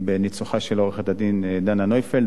בניצוחה של עורכת-הדין דנה נויפלד,